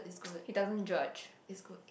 he doesn't judge